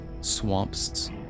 swamps